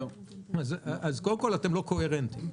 אז קודם כול, אתם לא קוהרנטיים.